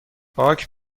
باک